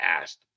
asked